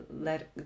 let